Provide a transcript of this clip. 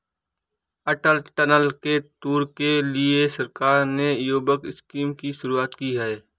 अटल tunnel के tour के लिए सरकार ने युवक स्कीम की शुरुआत की है